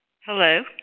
Hello